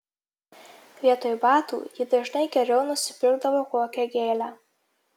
vietoj batų ji dažnai geriau nusipirkdavo kokią gėlę